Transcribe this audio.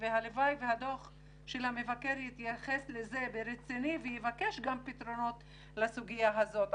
והלוואי והדו"ח של המבקר יתייחס לזה ברצינות ויבקש גם פתרונות לסוגיה הזאת.